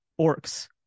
orcs